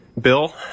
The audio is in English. Bill